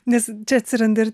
nes čia atsiranda ir